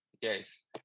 Yes